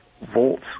volts